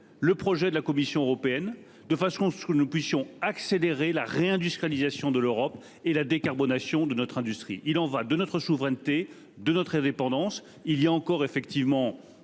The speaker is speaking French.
le projet de la Commission européenne de façon à ce que nous soyons capables d'accélérer la réindustrialisation de l'Europe et la décarbonation de notre industrie. Il y va de notre souveraineté et de notre indépendance. Il existe encore-